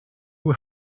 will